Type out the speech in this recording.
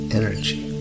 energy